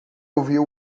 ouviu